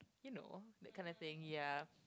you know that kind of thing ya